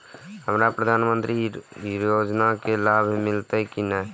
हमरा प्रधानमंत्री योजना के लाभ मिलते की ने?